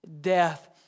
death